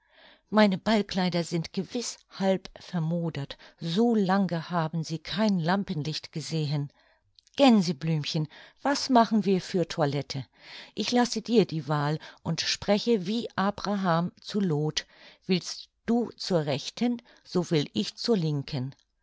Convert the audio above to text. meine ballkleider sind gewiß halb vermodert so lange haben sie kein lampenlicht gesehen gänseblümchen was machen wir für toilette ich lasse dir die wahl und spreche wie abraham zu loth willst du zur rechten so will ich zur linken